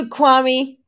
Kwame